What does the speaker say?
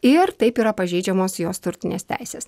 ir taip yra pažeidžiamos jos turtinės teisės